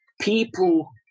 people